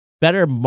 better